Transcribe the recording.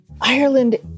Ireland